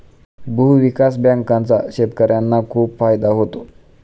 भूविकास बँकांचा शेतकर्यांना खूप फायदा होतो